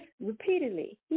repeatedly